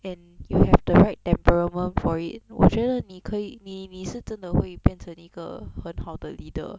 and you have the right temperament for it 我觉得你可以你你是真的会变成一个很好的 leader